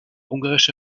ungarische